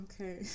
Okay